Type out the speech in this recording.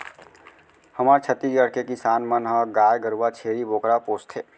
हमर छत्तीसगढ़ के किसान मन ह गाय गरूवा, छेरी बोकरा पोसथें